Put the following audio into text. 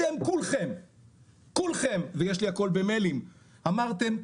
אתם כולכם ויש לי הכל במיילים אמרתם,